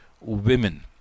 women